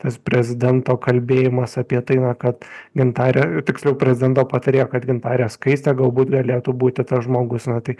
tas prezidento kalbėjimas apie tai na kad gintarė tiksliau prezidento patarėjo gintarė skaistė galbūt galėtų būti tas žmogus na tai